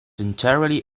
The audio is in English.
entirely